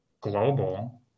global